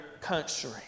country